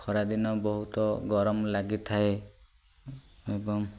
ଖରାଦିନ ବହୁତ ଗରମ ଲାଗିଥାଏ ଏବଂ